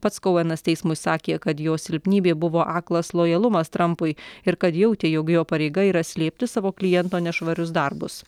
pats kouenas teismui sakė kad jo silpnybė buvo aklas lojalumas trampui ir kad jautė jog jo pareiga yra slėpti savo kliento nešvarius darbus